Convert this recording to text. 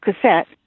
cassette